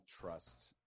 trust –